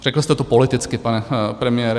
Řekl jste to politicky, pane premiére.